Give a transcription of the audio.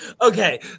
Okay